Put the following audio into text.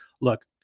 Look